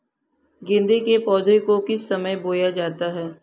गेंदे के पौधे को किस समय बोया जाता है?